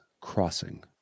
crossing